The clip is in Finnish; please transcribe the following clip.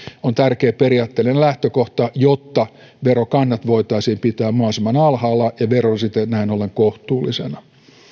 on tärkeä periaatteellinen lähtökohta jotta verokannat voitaisiin pitää mahdollisimman alhaalla ja verorasite näin ollen kohtuullisena